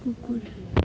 कुकुर